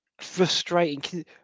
frustrating